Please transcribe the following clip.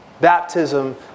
baptism